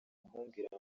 kumbwira